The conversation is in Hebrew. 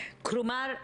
כלומר,